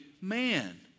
man